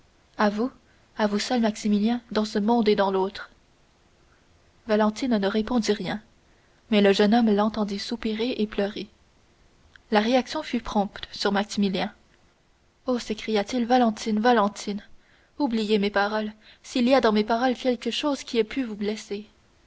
à vous à vous seul maximilien dans ce monde et dans l'autre valentine ne répondit rien mais le jeune homme l'entendit soupirer et pleurer la réaction fut prompte sur maximilien oh s'écria-t-il valentine valentine oubliez mes paroles s'il y a dans mes paroles quelque chose qui ait pu vous blesser